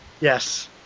Yes